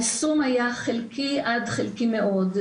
היישום היה חלקי עד חלקי מאוד,